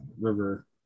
river